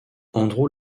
andrew